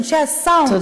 אנשי הסאונד,